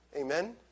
Amen